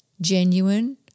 genuine